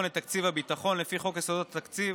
לתקציב הביטחון לפי חוק יסודות התקציב,